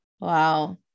Wow